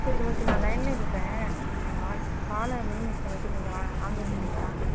சரி ஓகே நான் லயன்ல இருக்கிறேன் நீங்கள் காலை மினிமைஸ் பண்ணிவிட்டு நீங்கள் ஆ ஆன்லைன் வரீங்களா